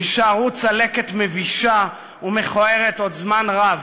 יישארו צלקת מבישה ומכוערת עוד זמן רב.